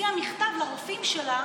הוציאה מכתב לרופאים שלה,